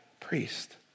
priest